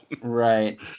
Right